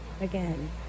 again